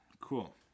Cool